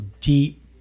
deep